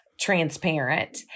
transparent